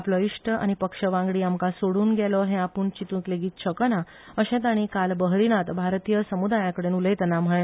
आपलो इश्ट आनी पक्षवांगडी आमका सोडून गेलो हे आपूण चितूंक लेगीत शकना अशे ताणी काल बहरीनात भारतीय समुदायाकडेन उलयताना म्हळे